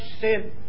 sin